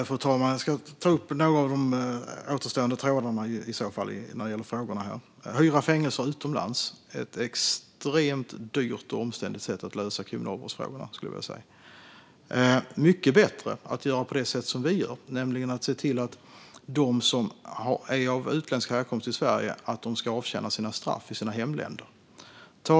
Fru talman! Jag ska ta upp några av de återstående trådarna när det gäller frågorna. Att hyra fängelser utomlands är ett extremt dyrt och omständligt sätt att lösa kriminalvårdsfrågorna. Det är mycket bättre att göra på det sätt som vi gör, nämligen se till att de som är av utländsk härkomst i Sverige avtjänar sina straff i hemländerna.